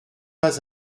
pas